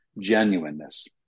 genuineness